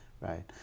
right